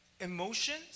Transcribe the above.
emotions